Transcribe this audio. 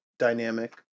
dynamic